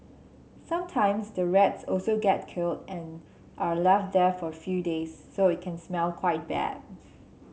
sometimes the rats also get killed and are left there for a few days so it can smell quite bad